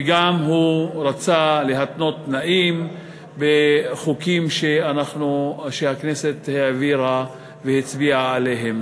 וגם הוא רצה להתנות תנאים בחוקים שהכנסת העבירה והצביעה עליהם.